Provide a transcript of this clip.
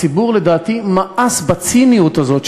לדעתי הציבור מאס בציניות הזאת,